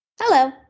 Hello